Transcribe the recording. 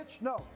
No